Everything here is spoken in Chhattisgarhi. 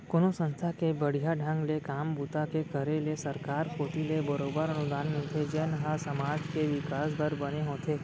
कोनो संस्था के बड़िहा ढंग ले काम बूता के करे ले सरकार कोती ले बरोबर अनुदान मिलथे जेन ह समाज के बिकास बर बने होथे